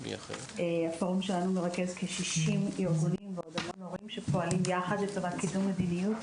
הפורום שלנו מרכז כשישים יוזמים שפועלים יחד לטובת קידום מדיניות